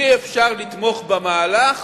אי-אפשר לתמוך במהלך